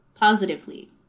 positively